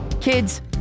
Kids